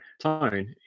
tone